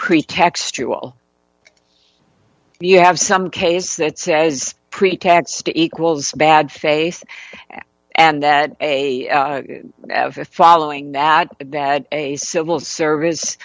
pretextual you have some case that says pretax equals bad face and that a following that that a civil service